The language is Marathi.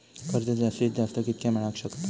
कर्ज जास्तीत जास्त कितक्या मेळाक शकता?